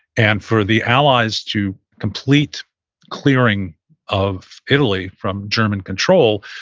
and for the allies to complete clearing of italy from german control,